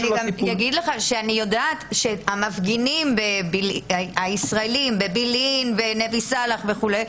אני גם אגיד לך שאני יודעת שהמפגינים הישראלים בבלין ונבי סלאח וכו',